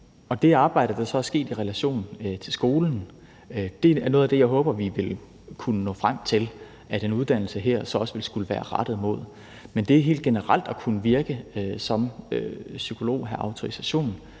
og det arbejde, der så er sket i relation til skolen, er noget af det, jeg håber vi vil kunne nå frem til at en uddannelse her så også ville skullet være rettet imod. Men i forhold til helt generelt at kunne virke som psykolog, have autorisation